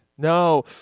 No